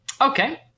Okay